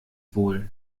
wohl